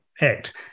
Act